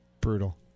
brutal